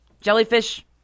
jellyfish